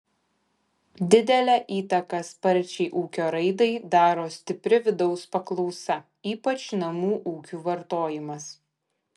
didelę įtaką sparčiai ūkio raidai daro stipri vidaus paklausa ypač namų ūkių vartojimas